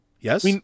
Yes